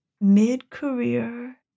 mid-career